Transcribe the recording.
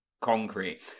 concrete